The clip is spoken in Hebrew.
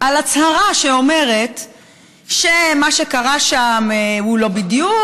על הצהרה שאומרת שמה שקרה שם הוא לא בדיוק,